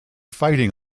fighting